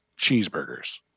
Cheeseburgers